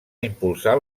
impulsar